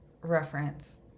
reference